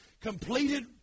completed